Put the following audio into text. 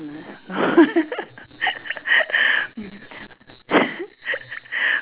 mmhmm